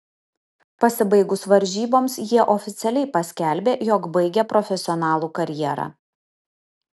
pasibaigus varžyboms jie oficialiai paskelbė jog baigia profesionalų karjerą